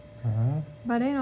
mmhmm